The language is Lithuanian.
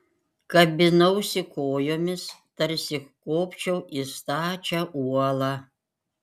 kabinausi kojomis tarsi kopčiau į stačią uolą